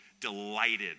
delighted